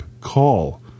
call